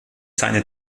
seine